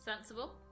Sensible